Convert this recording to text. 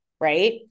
right